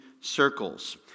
circles